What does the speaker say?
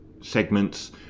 segments